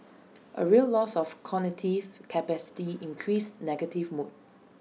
A real loss of cognitive capacity and increased negative mood